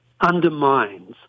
undermines